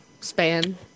span